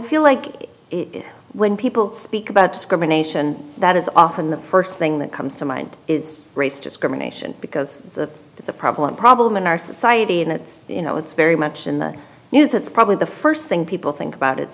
feel like when people speak about discrimination that is often the first thing that comes to mind is race discrimination because of the problem problem in our society and it's you know it's very much in the news it's probably the first thing people think about i